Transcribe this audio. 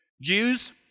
Jews